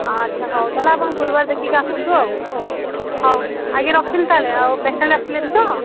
ଆଛା ହଉ ତାହେଲେ ଆପଣ ଗୁରୁବାରରେ ଦେଖିକି ଆସନ୍ତୁ ଆଉ ହଉ ଆଜ୍ଞା ରଖିଲି ତାହେଲେ ଆଉ ପେସେଣ୍ଟ୍ ଆସିଲେଣି ତ